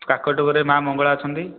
କାକଟପୁରରେ ମାଆ ମଙ୍ଗଳା ଅଛନ୍ତି